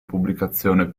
pubblicazione